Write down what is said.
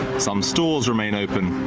some stores remain open.